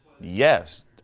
Yes